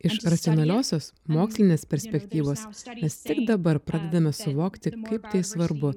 iš racionaliosios mokslinės perspektyvos mes tik dabar pradedame suvokti kaip tai svarbu